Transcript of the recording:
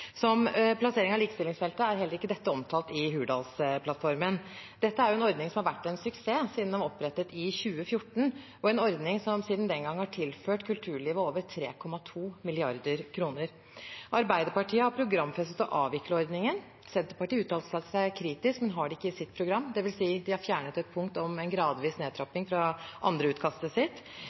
Som plassering av likestillingsfeltet er heller ikke dette omtalt i Hurdalsplattformen. Dette er en ordning som har vært en suksess siden den ble opprettet i 2014, og en ordning som siden den gang har tilført kulturlivet over 3,2 mrd. kr. Arbeiderpartiet har programfestet å avvikle ordningen. Senterpartiet har uttalt seg kritisk, men har det ikke i sitt program, dvs. at de har fjernet et punkt om en gradvis nedtrapping fra andreutkastet sitt.